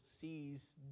sees